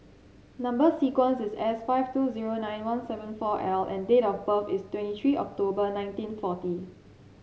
number sequence is S five two zero nine one seven four L and date of birth is twenty three October nineteen forty